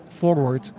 forward